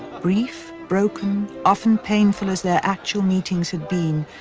brief, broken, often painful as their actual meetings had been,